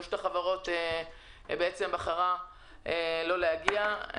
רשות החברות בחרה לא להגיע.